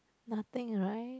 nothing right